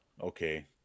Okay